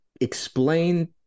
explain